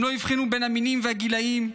הם לא הבחינו בין המינים והגילים.